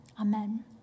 Amen